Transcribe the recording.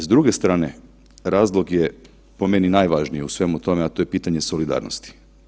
S druge strane razlog je po meni najvažniji u svemu tome, a to je pitanje solidarnosti.